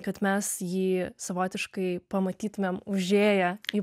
kad mes jį savotiškai pamatytumėm užėję į